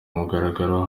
mugaragaro